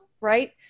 right